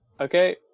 Okay